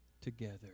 together